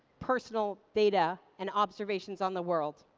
personal data and observations on the world.